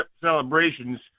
celebrations